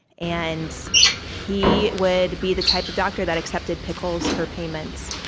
and he would be the type of doctor that accepted pickles for payments.